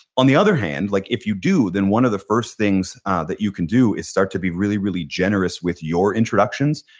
on the other hand like if you do then one of the first things that you can do is start to be really, really generous with your introductions.